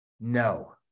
no